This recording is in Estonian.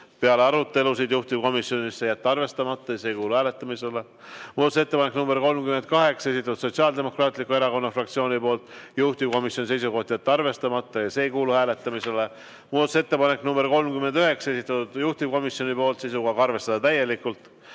peale arutelusid juhtivkomisjonis: jätta arvestamata ja see ei kuulu hääletamisele. Muudatusettepanek nr 38, esitanud Sotsiaaldemokraatliku Erakonna fraktsioon, juhtivkomisjoni seisukoht on jätta arvestamata ja see ei kuulu hääletamisele. Muudatusettepanek nr 39, esitanud juhtivkomisjon seisukohaga arvestada täielikult.